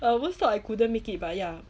I almost thought I couldn't make it but ya